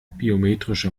biometrische